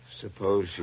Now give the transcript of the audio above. Suppose